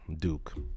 Duke